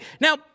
Now